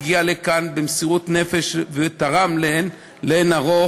הגיע לכאן במסירות נפש ותרם לאין ערוך,